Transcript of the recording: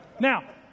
Now